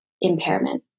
impairment